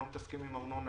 אנחנו לא עוסקים בארנונה.